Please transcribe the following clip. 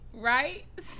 Right